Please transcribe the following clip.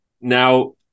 Now